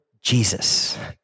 Jesus